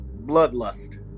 bloodlust